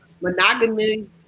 monogamy